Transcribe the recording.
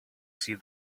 see